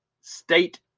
state